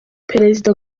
perezida